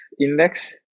index